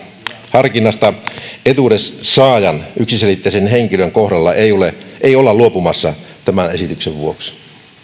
harkinnasta etuudensaajan yksittäisen henkilön kohdalla ei olla luopumassa tämän esityksen vuoksi